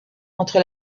entre